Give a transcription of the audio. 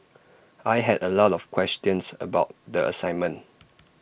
I had A lot of questions about the assignment